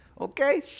Okay